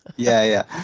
yeah,